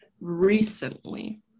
recently